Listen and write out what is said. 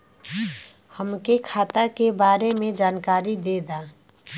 हमके खाता के बारे में जानकारी देदा?